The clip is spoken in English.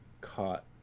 caught